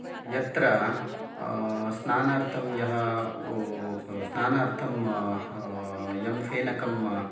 यत्र स्नानार्थं यः स्नानार्थं यं फेनकम्